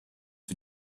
für